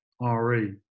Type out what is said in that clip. RE